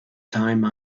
time